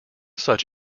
such